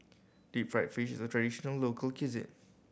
deep fried fish is a traditional local cuisine